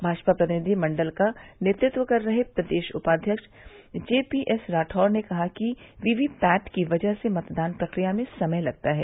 भाजपा प्रतिनिधि मंडल का नेतृत्व कर रहे प्रदेश उपाध्यक्ष जेपी एस राठौर ने कहा कि वीवीपैट की वजह से मतदान प्रक्रिया में समय लगता है